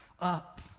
up